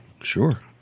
Sure